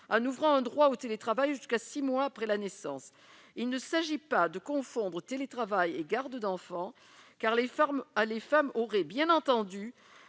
en ouvrant un droit au télétravail jusqu'à six mois après la naissance. Il ne s'agit pas de confondre télétravail et garde d'enfant, car les femmes auraient bien entendu